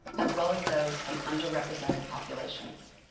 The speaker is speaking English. as well as those from under represented populations.